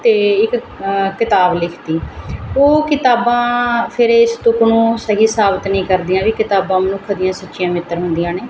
ਅਤੇ ਇੱਕ ਕਿਤਾਬ ਲਿਖਤੀ ਉਹ ਕਿਤਾਬਾਂ ਫਿਰ ਇਸ ਤੁੱਕ ਨੂੰ ਸਹੀ ਸਾਬਿਤ ਨਹੀਂ ਕਰਦੀਆਂ ਵੀ ਕਿਤਾਬਾਂ ਮਨੁੱਖ ਦੀਆਂ ਸੱਚੀਆਂ ਮਿੱਤਰ ਹੁੰਦੀਆਂ ਨੇ